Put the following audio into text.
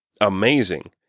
amazing